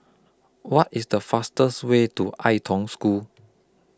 What IS The fastest Way to Ai Tong School